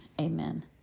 Amen